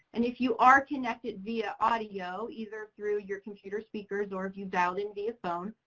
and if you are connected via audio either through your computer speakers or if you've dialed in via phone,